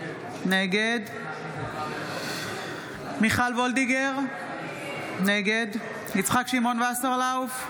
נגד מיכל מרים וולדיגר, נגד יצחק שמעון וסרלאוף,